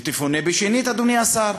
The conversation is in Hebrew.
ותפונה בשנית, אדוני השר.